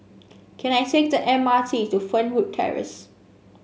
can I take the M R T to Fernwood Terrace